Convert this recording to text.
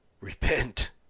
repent